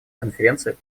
конференции